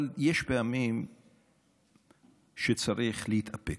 אבל יש פעמים שצריך להתאפק,